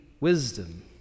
Wisdom